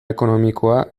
ekonomikoa